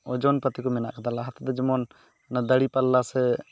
ᱳᱡᱚᱱ ᱯᱟᱛᱤ ᱠᱚ ᱢᱮᱱᱟᱜ ᱟᱠᱟᱫᱟ ᱞᱟᱦᱟᱛᱮᱫᱚ ᱡᱮᱢᱚᱱ ᱚᱱᱟ ᱫᱟᱲᱤᱯᱟᱞᱞᱟ ᱥᱮ